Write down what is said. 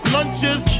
Lunches